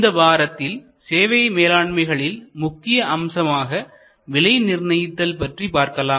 இந்த வாரத்தில் சேவை மேலாண்மைகளில் முக்கிய அம்சமான விலை நிர்ணயித்தல் பற்றி பார்க்கலாம்